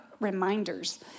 reminders